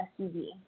SUV